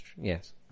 Yes